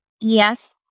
Yes